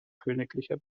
königlicher